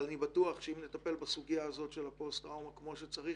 אבל אני בטוח שאם נטפל בסוגיה של הפוסט-טראומה כמו שצריך